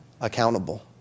accountable